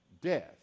death